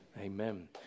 Amen